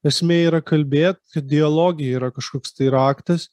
esmė yra kalbėt ideologija yra kažkoks tai raktas